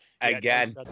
Again